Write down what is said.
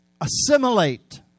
assimilate